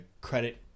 credit